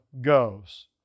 goes